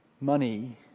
Money